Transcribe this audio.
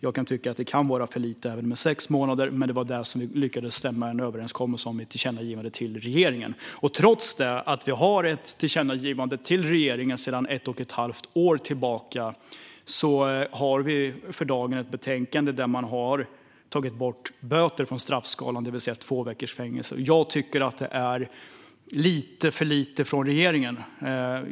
Jag kan tycka att det kan vara för lite med sex månader, men det var det vi lyckades komma överens om i tillkännagivandet till regeringen. Trots att vi sedan ett och ett halvt år tillbaka har ett tillkännagivande till regeringen har vi för dagen ett betänkande där man har tagit bort böter från straffskalan, och det alltså är två veckors fängelse som gäller. Jag tycker att detta är lite för lite från regeringen.